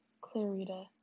Clarita